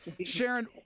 Sharon